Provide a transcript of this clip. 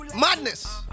Madness